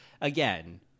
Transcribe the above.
again –